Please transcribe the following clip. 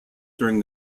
during